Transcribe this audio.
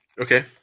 Okay